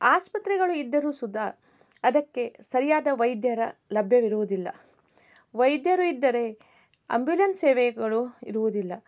ಆಸ್ಪತ್ರೆಗಳು ಇದ್ದರೂ ಸುದಾ ಅದಕ್ಕೆ ಸರಿಯಾದ ವೈದ್ಯರು ಲಭ್ಯವಿರುವುದಿಲ್ಲ ವೈದ್ಯರು ಇದ್ದರೆ ಅಂಬ್ಯುಲೆನ್ಸ್ ಸೇವೆಗಳು ಇರುವುದಿಲ್ಲ